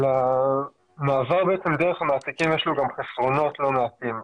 למעבר דרך המעסיקים יש גם חסרונות לא מעטים,